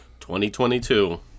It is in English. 2022